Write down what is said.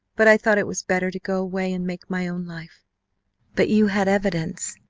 but i thought it was better to go away and make my own life but you had evidence.